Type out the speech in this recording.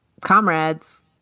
comrades